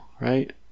Right